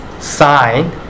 sign